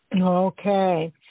Okay